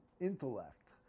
intellect